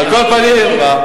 תענה עניינית.